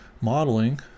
modeling